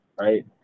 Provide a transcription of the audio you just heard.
right